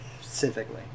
specifically